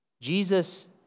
Jesus